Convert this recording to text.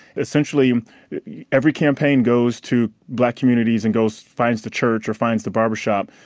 essentially every campaign goes to black communities and goes, finds the church, or finds the barbershop.